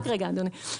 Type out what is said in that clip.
רק רגע, אדוני.